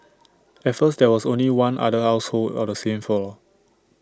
at first there was only one other household on the same floor